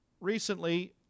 Recently